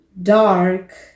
dark